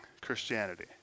Christianity